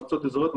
מועצות אזוריות,